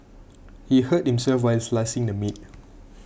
he hurt himself while slicing the meat